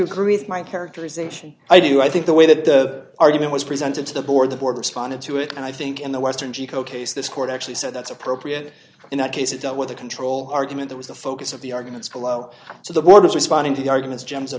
agree with my characterization i do i think the way that the argument was presented to the board the board responded to it and i think in the western jiko case this court actually said that's appropriate in that case it dealt with the control argument that was the focus of the arguments below so the board is responding to the arguments g